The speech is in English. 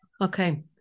Okay